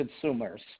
consumers